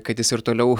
kad jis ir toliau